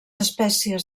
espècies